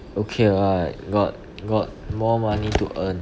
okay [what] got got more money to earn